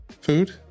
food